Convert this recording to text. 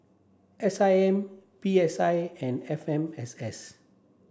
S I M P S I and F M S S